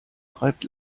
treibt